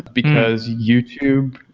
because youtube,